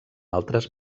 altres